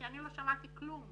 אני לא שמעתי כלום